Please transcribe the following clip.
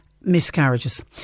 miscarriages